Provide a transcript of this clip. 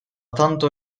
tanto